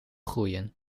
groeien